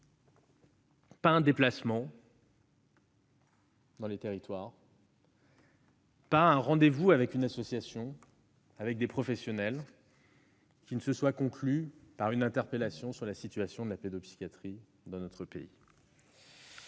pas un déplacement dans les territoires, pas un rendez-vous avec une association ou des professionnels ne s'est conclu sans une interpellation sur la situation de la pédopsychiatrie dans notre pays.